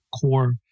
core